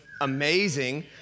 amazing